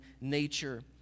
nature